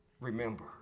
remember